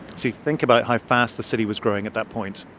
so you think about how fast the city was growing at that point.